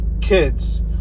kids